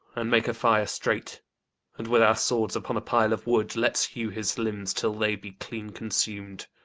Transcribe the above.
and make a fire straight and with our swords, upon a pile of wood, let's hew his limbs till they be clean consum'd.